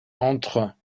entre